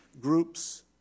groups